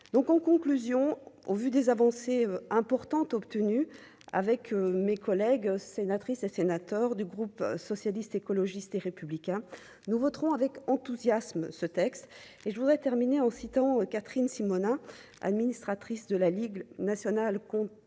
donc en conclusion, au vu des avancées importantes obtenues avec mes collègues sénatrices et sénateurs du groupe socialiste, écologiste et républicain, nous voterons avec enthousiasme ce texte et je voudrais terminer en citant Catherine Simonin, administratrice de la Ligue nationale contre